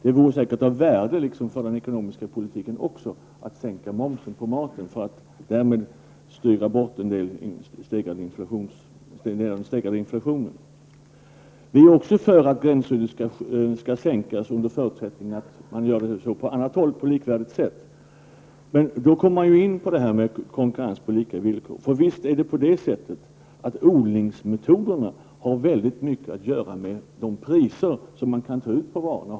Det vore säkerligen av värde också för den ekonomiska politiken att vi minskade momsen på maten för att därmed styra bort en del av den stegrade produktionen. Vi är också för att gränsskyddet skall sänkas, under förutsättning att man gör det på likvärdigt sätt på annat håll. Men då kommer vi in på kravet på konkurrens på lika villkor. Visst har odlingsmetoderna mycket att göra med de priser som man kan ta ut på varorna.